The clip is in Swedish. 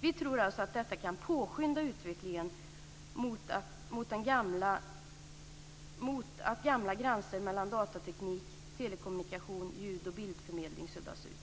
Vi tror alltså att detta kan påskynda utvecklingen mot att gamla gränser mellan datateknik, telekommunikation, ljud och bildförmedling suddas ut.